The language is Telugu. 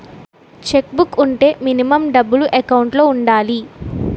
చెక్ బుక్ వుంటే మినిమం డబ్బులు ఎకౌంట్ లో ఉండాలి?